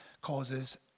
causes